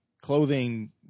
clothing